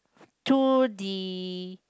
to the